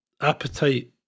appetite